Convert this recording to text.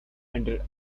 under